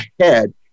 ahead